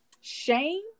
shame